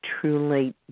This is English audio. truly